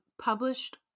published